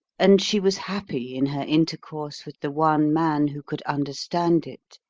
and she was happy in her intercourse with the one man who could understand it,